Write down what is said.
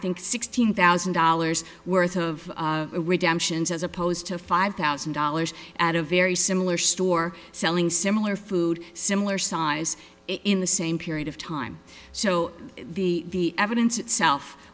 think sixteen thousand dollars worth of redemptions as opposed to five thousand dollars at a very similar store selling similar food similar size in the same period of time so the evidence itself